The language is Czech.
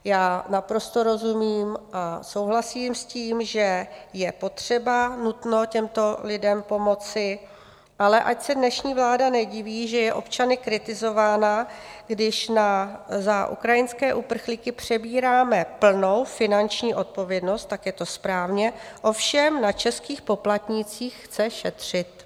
Já naprosto rozumím a souhlasím s tím, že je potřeba a je nutné těmto lidem pomoci, ale ať se dnešní vláda nediví, že je občany kritizována, když za ukrajinské uprchlíky přebíráme plnou finanční odpovědnost, tak je to správně, ovšem na českých poplatnících chce šetřit.